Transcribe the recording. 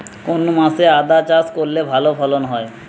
কোন মাসে আদা চাষ করলে ভালো ফলন হয়?